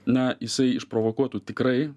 na jisai išprovokuotų tikrai